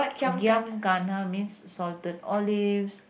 Giam Kana means salted olives